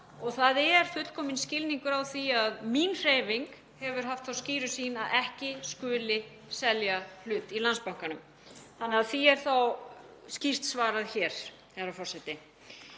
og það er fullkominn skilningur á því að mín hreyfing hefur haft þá skýru sýn að ekki skuli selja hlut í Landsbankanum. Því er þá skýrt svarað hér. Hvað varðar